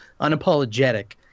unapologetic